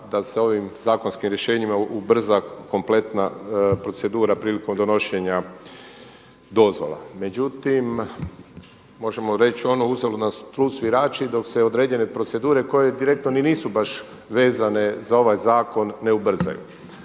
da se ovim zakonskim rješenjima ubrza kompletna procedura prilikom donošenja dozvola, međutim možemo reći onu „Uzalud nam trud svirači“ dok se određene procedure koje direktno ni nisu baš vezane za ovaj zakon ne ubrzaju.